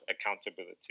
accountability